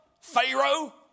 Pharaoh